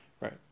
right